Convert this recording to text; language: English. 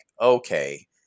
okay